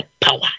power